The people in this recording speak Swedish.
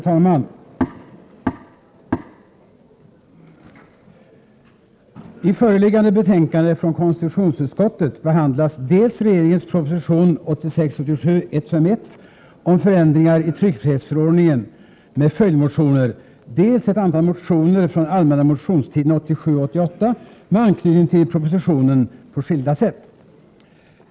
Fru talman! I föreliggande betänkande från konstitutionsutskottet behandlas dels regeringens proposition 1986/87:151 om ändringar i tryckfrihetsförordningen med följdmotioner, dels ett antal motioner från allmänna motionstiderna 1987 och 1988 med anknytning till propositionen på skilda sätt.